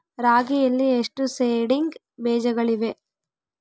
ರಾಗಿಯಲ್ಲಿ ಎಷ್ಟು ಸೇಡಿಂಗ್ ಬೇಜಗಳಿವೆ?